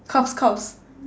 cough cough